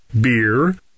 Beer